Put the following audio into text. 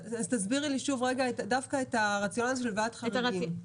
תסבירי לי שוב דווקא את הרציונל של ועדת חריגים.